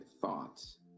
thoughts